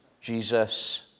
Jesus